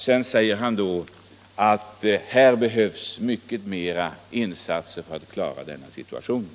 Men nu säger kommunikationsministern att det behövs mycket större insatser för att klara situationen.